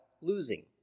losing